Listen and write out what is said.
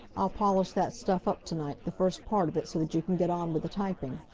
i'll polish that stuff up to-night, the first part of it, so that you can get on with the typing.